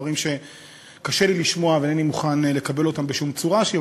דברים שקשה לי לשמוע ואינני מוכן לקבל בשום צורה שהיא,